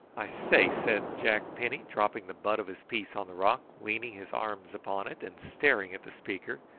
i say, said jack penny, dropping the butt of his piece on the rock, leaning his arms upon it, and staring at the speaker.